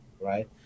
right